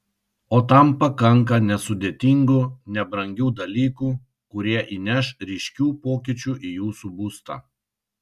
o tam pakanka nesudėtingų nebrangių dalykų kurie įneš ryškių pokyčių į jūsų būstą